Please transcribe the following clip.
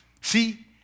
see